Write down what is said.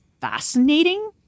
fascinating